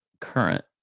current